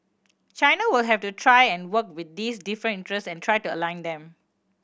China will have to try and work with these different interests and try to align them